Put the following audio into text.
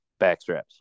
backstraps